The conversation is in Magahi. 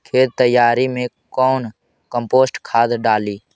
खेत तैयारी मे कौन कम्पोस्ट खाद डाली?